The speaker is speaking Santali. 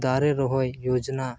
ᱫᱟᱨᱮ ᱨᱚᱦᱚᱭ ᱡᱳᱡᱽᱱᱟ